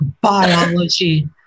biology